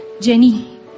Jenny